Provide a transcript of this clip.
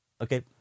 okay